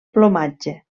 plomatge